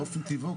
באופן טבעו,